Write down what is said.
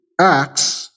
acts